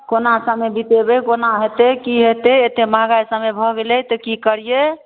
कोना समय बितेबै कोना हेतै कि हेतै एतेक महगाइ समय भऽ गेलै तऽ कि करिए